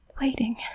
waiting